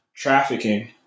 trafficking